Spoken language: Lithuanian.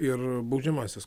ir baudžiamasis